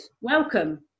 welcome